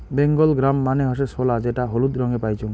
Bengal gram মানে হসে ছোলা যেটা হলুদ রঙে পাইচুঙ